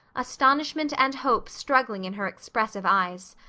astonishment and hope struggling in her expressive eyes.